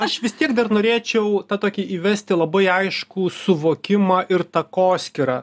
aš vis tiek dar norėčiau tą tokį įvesti labai aiškų suvokimą ir takoskyrą